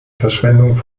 verschwendung